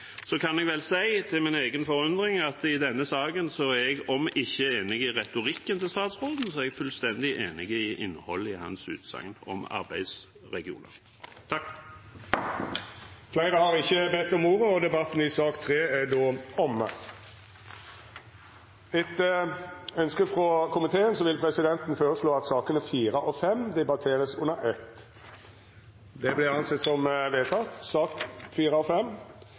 kan jeg til min egen forundring si at jeg i denne saken er – om ikke enig i retorikken til statsråden – fullstendig enig i innholdet i hans utsagn om arbeidsregioner. Fleire har ikkje bedt om ordet til sak nr. 3. Etter ønske frå komiteen vil presidenten føreslå at sakene nr. 4 og 5 vert debatterte under eitt. – Det er vedteke. Etter ønske frå transport- og